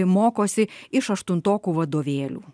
mokosi iš aštuntokų vadovėlių